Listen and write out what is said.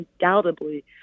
undoubtedly